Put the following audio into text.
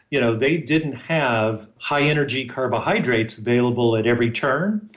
you know they didn't have high energy carbohydrates available at every turn,